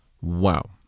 Wow